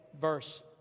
verse